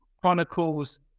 chronicles